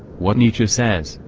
what nietzsche says,